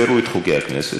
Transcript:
כי הם הפרו את חוקי הכנסת,